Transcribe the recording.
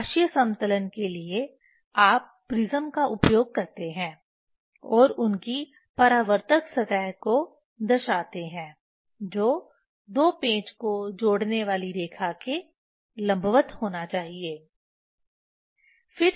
प्रकाशीय समतलन के लिए आप प्रिज्म का उपयोग करते हैं और उनकी परावर्तक सतह को दर्शाते हैं जो दो पेंच को जोड़ने वाली रेखा के लंबवत होना चाहिए